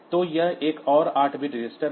तो यह एक और 8 बिट रजिस्टर है